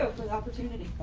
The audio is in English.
ah for the opportunity.